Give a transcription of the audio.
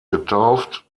getauft